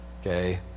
Okay